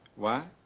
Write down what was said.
why?